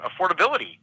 affordability